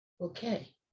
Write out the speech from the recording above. Okay